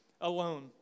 alone